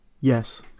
Yes